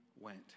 went